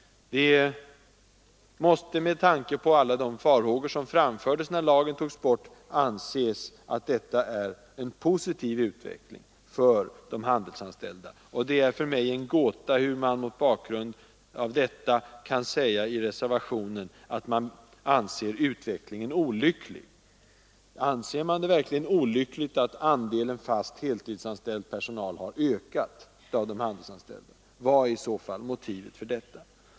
Med tanke på alla de farhågor som uttalades när lagen togs bort måste ju detta vara en positiv utveckling för de handelsanställda. Det är för mig en gåta hur man mot den bakgrunden kan säga i reservationen att man anser utvecklingen vara olycklig. Anser man det verkligen olyckligt att andelen fast heltidsanställd personal bland de handelsanställda har ökat? Vad är i så fall motivet härför?